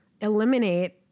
eliminate